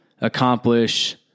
accomplish